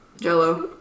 Jello